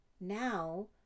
Now